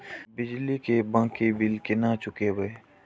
बिजली की बाकी बील केना चूकेबे?